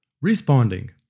responding